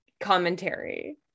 commentary